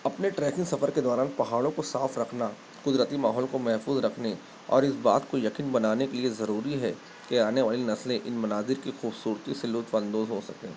اپنے ٹریکنگ سفر کے دوران پہاڑوں کو صاف رکھنا قدرتی ماحول کو محفوظ رکھنے اور اس بات کو یقین بنانے کے لیے ضروری ہے کہ آنے والی نسلیں ان مناظر کی خوبصورتی سے لطف اندوز ہو سکیں